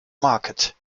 market